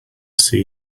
see